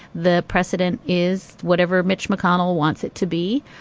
the precedent is whatever mitch mcconnell wants it to be.